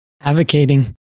Advocating